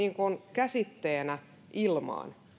käsitteenä ilmaan